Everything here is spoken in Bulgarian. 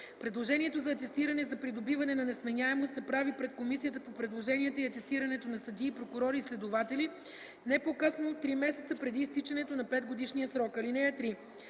Предложението за атестиране за придобиване на несменяемост се прави пред Комисията по предложенията и атестирането на съдии, прокурори и следователи не по-късно от три месеца преди изтичането на петгодишния срок. (3)